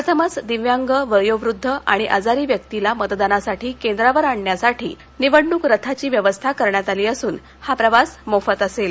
प्रथमच दिव्यांग वयोवृध्द आणि आजारी व्यक्तीला मतदानासाठी केंद्रावर जाणे येणे करण्यासाठी निवडणुकरथाची व्यवस्था करण्यात आली असुन मोफत प्रवास असेल